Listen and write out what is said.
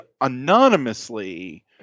anonymously